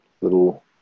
little